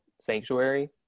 Sanctuary